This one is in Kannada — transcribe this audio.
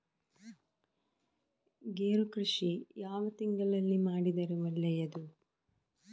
ಗೇರು ಕೃಷಿ ಯಾವ ತಿಂಗಳಲ್ಲಿ ಮಾಡಿದರೆ ಒಳ್ಳೆಯದು?